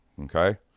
okay